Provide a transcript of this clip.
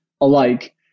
alike